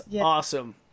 awesome